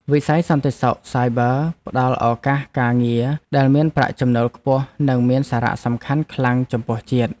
វិស័យសន្តិសុខសាយប័រផ្តល់ឱកាសការងារដែលមានប្រាក់ចំណូលខ្ពស់និងមានសារៈសំខាន់ខ្លាំងចំពោះជាតិ។